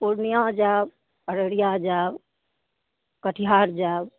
पूर्णिया जायब अररिया जायब कटिहार जायब